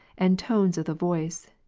and tones of the voice,